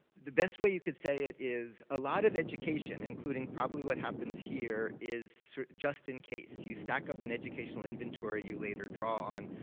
the best way you could say it is, a lot of eduction, including probably what happens here, is just in case. you stack up an educational inventory you later draw on.